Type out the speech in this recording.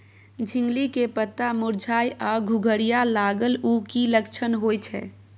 झिंगली के पत्ता मुरझाय आ घुघरीया लागल उ कि लक्षण होय छै?